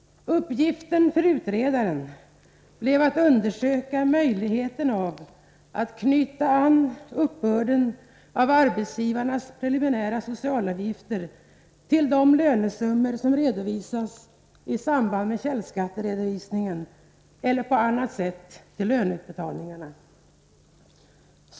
Uppgiften för utredaren blev att undersöka möjligheten av att knyta an uppbörden av arbetsgivarnas preliminära socialavgifter till de lönesummor som redovisas i samband med källskatteredovisningen eller på annat sätt till löneutbetalningarna.